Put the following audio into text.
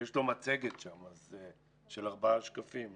יש לו מצגת שם של ארבעה שקפים.